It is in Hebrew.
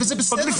והזה בסדר גמור.